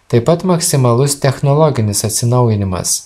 taip pat maksimalus technologinis atsinaujinimas